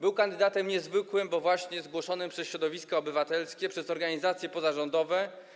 Był kandydatem niezwykłym, bo właśnie zgłoszonym przez środowiska obywatelskie, przez organizacje pozarządowe.